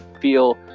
feel